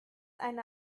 eine